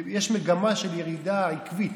יש מגמה של ירידה עקבית.